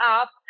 up